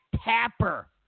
Tapper